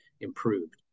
improved